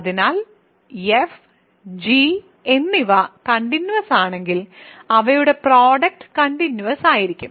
അതിനാൽ f g എന്നിവ continuous ആണെങ്കിൽ അവയുടെ പ്രോഡക്റ്റ് കണ്ടിന്യൂസ് ആയിരിക്കും